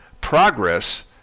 progress